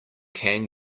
can